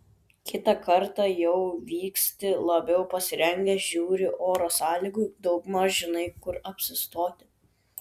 kitą kartą jau vyksti labiau pasirengęs žiūri oro sąlygų daugmaž žinai kur apsistoti